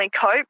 cope